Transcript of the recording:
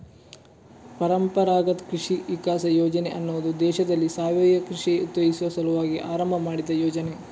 ಪರಂಪರಾಗತ್ ಕೃಷಿ ವಿಕಾಸ ಯೋಜನೆ ಅನ್ನುದು ದೇಶದಲ್ಲಿ ಸಾವಯವ ಕೃಷಿಯನ್ನ ಉತ್ತೇಜಿಸುವ ಸಲುವಾಗಿ ಆರಂಭ ಮಾಡಿದ ಯೋಜನೆ